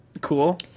Cool